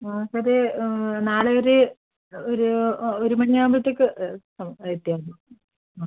നമുക്കൊരു നാളെയൊര് ഒരു ഒരുമണിയാകുമ്പോഴത്തേക്ക് എത്തിയാൽ മതി ആ